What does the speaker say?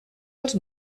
els